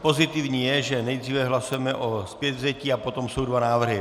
Pozitivní je, že nejdříve hlasujeme o zpětvzetí, a potom jsou dva návrhy.